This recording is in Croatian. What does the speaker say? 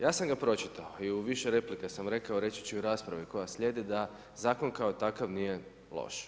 Ja sam ga pročitao i u više replika sam rekao, reći ću i u raspravi koja slijedi da Zakon kao takav nije loš.